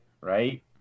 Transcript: right